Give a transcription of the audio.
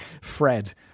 Fred